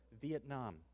Vietnam